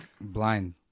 blind